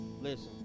listen